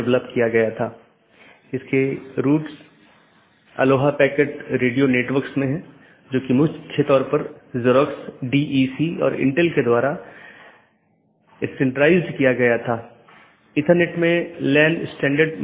इसलिए इस पर प्रतिबंध हो सकता है कि प्रत्येक AS किस प्रकार का होना चाहिए जिसे आप ट्रैफ़िक को स्थानांतरित करने की अनुमति देते हैं